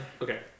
okay